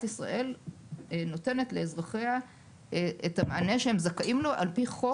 ישראל נותנת לאזרחיה את המענה שהם זכאים לו על פי חוק